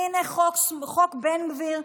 הינה חוק בן גביר,